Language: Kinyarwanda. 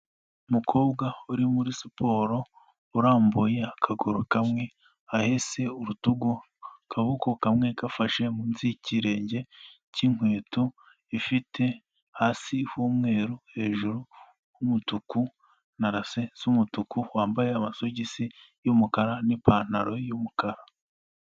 Umukobwa uri muri siporo urambuye akaguru kamwe, ahese urutugu, akaboko kamwe gafashe munsi y'ikirenge k'inkweto ifite hasi h'umweru, hejuru h'umutuku, na rase z'umutuku, wambaye amasogisi y'umukara n'ipantaro y'umukara.